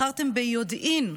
בחרתם ביודעין,